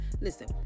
listen